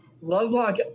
Lovelock